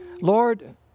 Lord